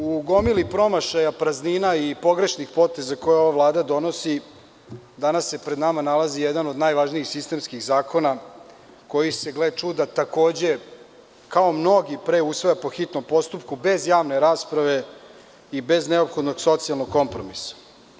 U gomili promašaja, praznina i pogrešnih poteza koje ova vlada donosi, danas se pred nama nalazi jedan od najvažnijih sistemskih zakona koji se, gle čuda, takođe, kao mnogi pre, usvaja po hitnom postupku, bez javne rasprave i bez neophodnog socijalnog kompromisa.